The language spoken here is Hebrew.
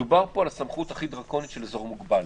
מדובר פה על הסמכות הכי דרקונית של אזור מוגבל.